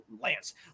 Lance